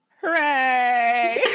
Hooray